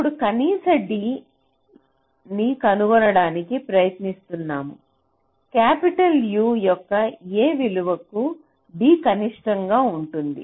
ఇప్పుడు కనీస D ని కనుగొనడానికి ప్రయత్నిస్తున్నాము క్యాపిటల్ U యొక్క ఏ విలువ కు D కనిష్టంగా ఉంటుంది